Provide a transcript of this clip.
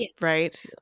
right